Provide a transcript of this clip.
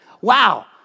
Wow